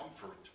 comfort